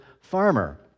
farmer